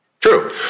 True